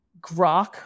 grok